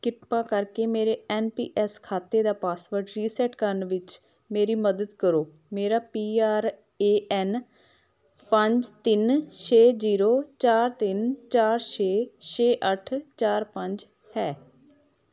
ਕ੍ਰਿਪਾ ਕਰਕੇ ਮੇਰੇ ਐੱਨ ਪੀ ਐੱਸ ਖਾਤੇ ਦਾ ਪਾਸਵਰਡ ਰੀਸੈਟ ਕਰਨ ਵਿੱਚ ਮੇਰੀ ਮਦਦ ਕਰੋ ਮੇਰਾ ਪੀ ਆਰ ਏ ਐੱਨ ਪੰਜ ਤਿੰਨ ਛੇ ਜੀਰੋ ਚਾਰ ਤਿੰਨ ਚਾਰ ਛੇ ਛੇ ਅੱਠ ਚਾਰ ਪੰਜ ਹੈ